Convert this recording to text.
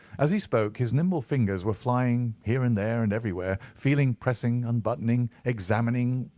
as he spoke, his nimble fingers were flying here, and there, and everywhere, feeling, pressing, unbuttoning, examining,